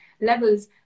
levels